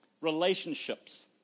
relationships